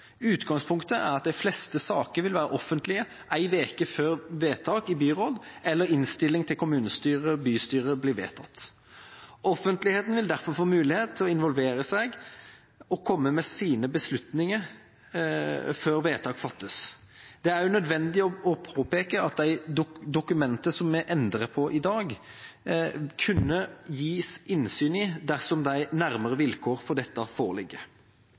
Utgangspunktet er at de fleste saker vil være offentlige en uke før vedtak i byråd eller innstilling til kommunestyre/bystyre blir vedtatt. Offentligheten vil derfor få mulighet til å involvere seg og komme med sine beslutninger før vedtak fattes. Det er også nødvendig å påpeke at de dokumenter som vi endrer på i dag, kunne det gis innsyn i dersom de nærmere vilkår for dette foreligger.